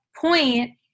point